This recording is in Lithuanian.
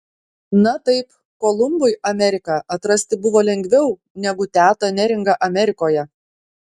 na taip kolumbui ameriką atrasti buvo lengviau negu tetą neringą amerikoje